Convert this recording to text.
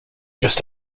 just